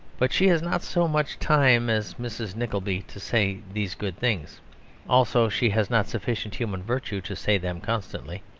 but she has not so much time as mrs. nickleby to say these good things also she has not sufficient human virtue to say them constantly.